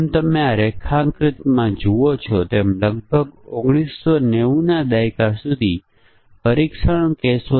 જે જાતે નિયંત્રિત કરવા અને ઑપ્ટિમાઇઝ કરવા માટે ઘણા ટેસ્ટ કેસ છે